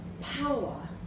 power